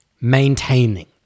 maintaining